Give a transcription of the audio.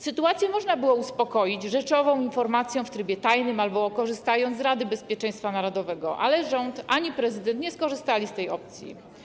Sytuację można było uspokoić rzeczową informacją w trybie tajnym albo korzystając z Rady Bezpieczeństwa Narodowego, ale ani rząd, ani prezydent nie skorzystali z tej opcji.